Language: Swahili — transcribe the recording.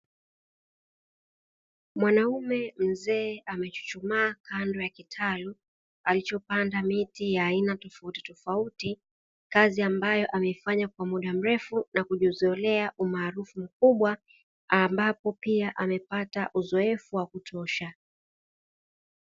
Mwanaume mzee amechuchumaa, kando ya kitalu alichopanda miti ya aina tofautitofauti, kazi ambayo ameifanya Kwa umaarufu na kijizolea umarufu wa kutosha, ambapo pia amepata uzoefu wa kutosha.